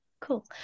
cool